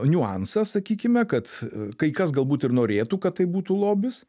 niuansas sakykime kad kai kas galbūt ir norėtų kad tai būtų lobis